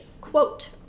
quote